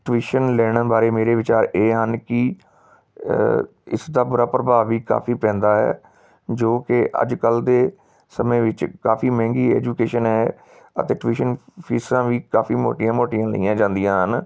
tuition ਲੈਣ ਬਾਰੇ ਮੇਰੇ ਵਿਚਾਰ ਇਹ ਹਨ ਕਿ ਇਸ ਦਾ ਬੁਰਾ ਪ੍ਰਭਾਵ ਵੀ ਕਾਫੀ ਪੈਂਦਾ ਹੈ ਜੋ ਕਿ ਅੱਜ ਕੱਲ ਦੇ ਸਮੇਂ ਵਿੱਚ ਕਾਫੀ ਮਹਿੰਗੀ ਐਜੂਕੇਸ਼ਨ ਹੈ ਅਤੇ ਟਿਊਸ਼ਨ ਫੀਸਾਂ ਵੀ ਕਾਫੀ ਮੋਟੀਆਂ ਮੋਟੀਆਂ ਲਈਆਂ ਜਾਂਦੀਆਂ ਹਨ